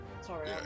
sorry